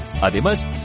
Además